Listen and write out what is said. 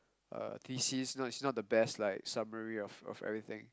uh thesis no it's not the best like summary of of everything